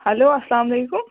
hello اَسلام علیکُم